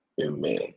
Amen